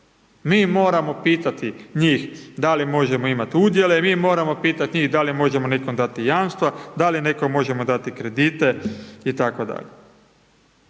Mi moramo pitati njih da li možemo imati udjele, mi moramo pitati njih da li možemo nekom dati jamstva, da li nekom možemo dati kredite itd.